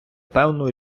певну